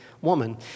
woman